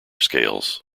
scales